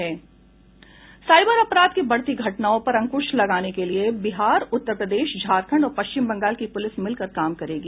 cyber अपराध की बढ़ती घटनाओं पर अंकुश लगाने के लिए बिहार उत्तर प्रदेश झारखंड और पश्चिम बंगाल की पुलिस मिलकर काम करेगी